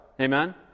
Amen